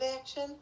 action